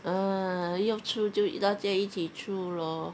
ah 要出就大家一起出 lor